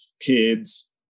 kids